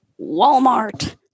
Walmart